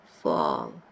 Fall